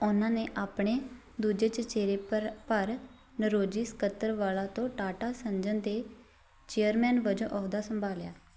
ਉਨ੍ਹਾਂ ਨੇ ਆਪਣੇ ਦੂਜੇ ਚਚੇਰੇ ਭਰਾ ਭਰ ਨਰੋਜੀ ਸਕੱਤਰਵਾਲਾ ਤੋਂ ਟਾਟਾ ਸੰਜਨ ਦੇ ਚੇਅਰਮੈਨ ਵਜੋਂ ਅਹੁਦਾ ਸੰਭਾਲਿਆ